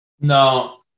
No